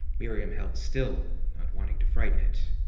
miriam held still, not wanting to frighten it.